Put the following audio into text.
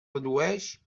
redueix